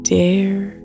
dare